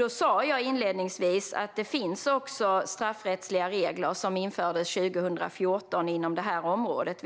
Jag sa också inledningsvis att det finns straffrättsliga regler, som infördes 2014, inom det här området.